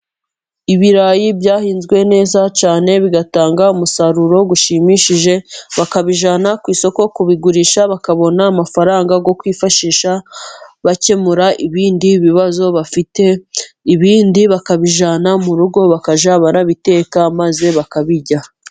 Ibirayi byahinzwe neza cyane ,bigatanga umusaruro ushimishije, bakabijyana ku isoko kubigurisha, bakabona amafaranga yo kwifashisha bakemura ibindi bibazo bafite. Ibindi bakabijyana mu rugo bakajya bararabiteka, maze bakabirya.